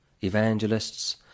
evangelists